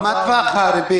--- טווח, מה טווח הריבית?